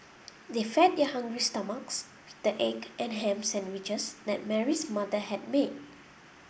they fed their hungry stomachs with the egg and ham sandwiches that Mary's mother had made